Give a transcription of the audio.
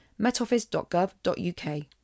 metoffice.gov.uk